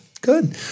good